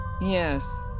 Yes